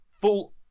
full